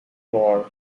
wars